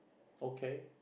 okay